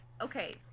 Okay